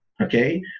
Okay